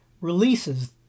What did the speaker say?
releases